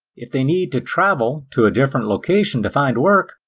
if they need to travel to a different location to find work,